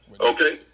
okay